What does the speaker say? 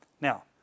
Now